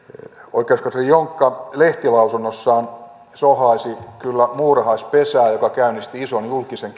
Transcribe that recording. oikeuskansleri jonkka lehtilausunnossaan sohaisi kyllä muurahaispesään mikä käynnisti ison julkisen